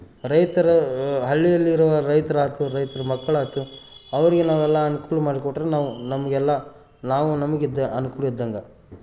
ರೈತರ ಹಳ್ಳಿಯಲ್ಲಿರುವ ರೈತ್ರಾಯ್ತು ರೈತ್ರು ಮಕ್ಕಳಾಯ್ತು ಅವರಿಗೆ ನಾವೆಲ್ಲ ಅನ್ಕೂಲ ಮಾಡಿಕೊಟ್ಟರೆ ನಾವು ನಮಗೆಲ್ಲ ನಾವು ನಮಗಿದ್ದ ಅನುಕೂಲ ಇದ್ದಂಗೆ